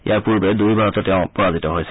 ইয়াৰ পূৰ্বে দুয়োবাৰতে তেওঁ পৰাজিত হৈছিল